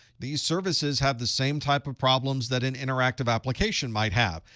these services have the same type of problems that an interactive application might have.